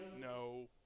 No